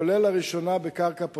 כולל לראשונה בקרקע פרטית.